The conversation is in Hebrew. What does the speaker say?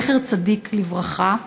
זכר צדיק לברכה.